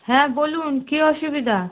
হ্যাঁ বলুন কী অসুবিধা